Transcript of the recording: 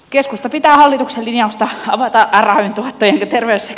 keskusta pitää hallituksen linjausta avata rayn tuottojen